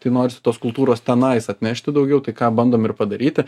tai norisi tos kultūros tenais atnešti daugiau tai ką bandom ir padaryti